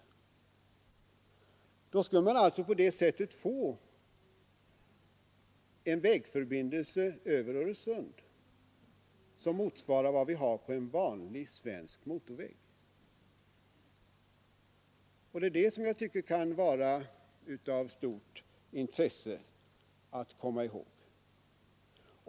På det sättet skulle man alltså få en vägförbindelse över Öresund, som motsvarar en vanlig svensk motorväg, vilket jag tycker kan vara av intresse att komma ihåg.